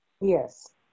Yes